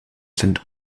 sind